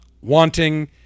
wanting